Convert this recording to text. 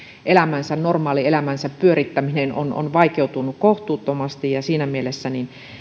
normaalielämänsä pyörittäminen on vaikeutunut kohtuuttomasti siinä mielessä